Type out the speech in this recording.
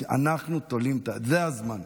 אנחנו תולים, זה הזמן.